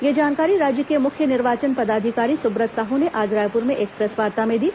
यह जानकारी राज्य के मुख्य निर्वाचन पदाधिकारी सुब्रत साह ने आज रायपुर में एक प्रेसवार्ता में दी